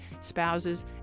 spouses